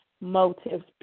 motives